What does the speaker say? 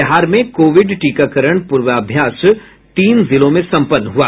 बिहार में कोविड टीकाकरण पूर्वाभ्यास तीन जिलों में सम्पन्न हुआ